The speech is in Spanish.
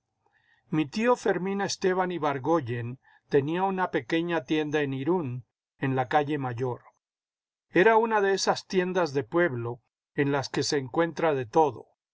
mi tío fermín esteban ibargoyen tenía una pequeña tienda en irún en la calle mayor era una de esas tiendas de pueblo en las que se encuentra de todo